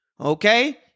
Okay